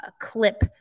clip